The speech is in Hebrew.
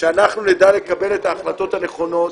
שנדע לקבל את ההחלטות הנכונות,